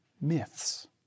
myths